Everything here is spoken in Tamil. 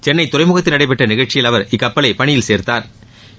சென்னை துறைமுகத்தில் நடைபெற்ற நிகழ்ச்சியில் அவர் இக்கப்பலை பணியில் சேர்த்தாா்